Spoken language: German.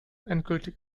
endgültig